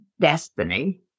destiny